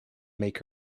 make